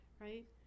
Right